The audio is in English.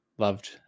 Loved